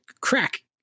crack